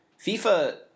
FIFA